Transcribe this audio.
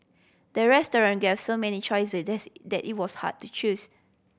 the restaurant gave so many choices that's that it was hard to choose